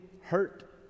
hurt